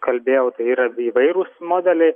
kalbėjau tai yra įvairūs modeliai